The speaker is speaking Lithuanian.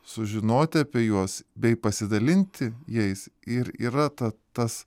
sužinoti apie juos bei pasidalinti jais ir yra ta tas